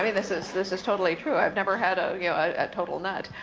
i mean this is this is totally true. i've never had a yeah ah total nut.